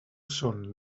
són